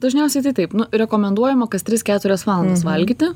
dažniausiai tai taip rekomenduojama kas tris keturias valandas valgyti